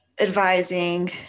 advising